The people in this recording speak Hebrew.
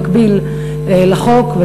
במקביל לחוק,